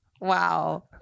wow